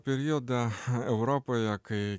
periodą europoje kai